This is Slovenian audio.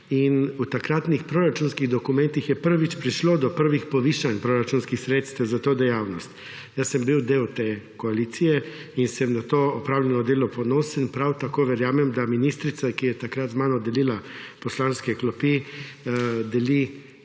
V takratnih proračunskih dokumentih je prvič prišlo do prvih povišanj proračunskih sredstev za to dejavnost. Jaz sem bil del te koalicije in sem na to opravljeno delo ponosen. Prav tako verjamem, da ministrica, ki je takrat z mano delila poslanske klopi, deli